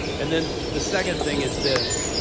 and then the second thing is this.